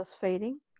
fading